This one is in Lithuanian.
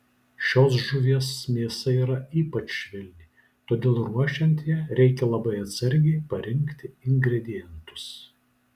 šios žuvies mėsa yra ypač švelni todėl ruošiant ją reikia labai atsargiai parinkti ingredientus